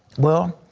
well,